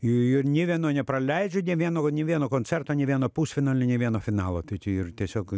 ir nė vieno nepraleidžiu nė vieno nė vieno koncerto nė vieno pusfinalio nė vieno finalo tai čia ir ir tiesiog